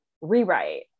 rewrite